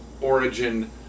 origin